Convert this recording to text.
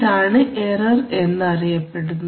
ഇതാണ് എറർ എന്ന് അറിയപ്പെടുന്നത്